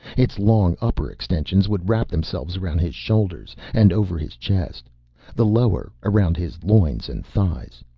its long upper extensions would wrap themselves around his shoulders and over his chest the lower, around his loins and thighs.